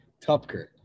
Tupker